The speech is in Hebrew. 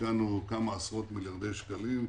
השקענו כמה עשות מיליארדי שקלים.